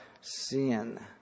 sin